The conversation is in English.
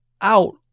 out